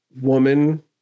woman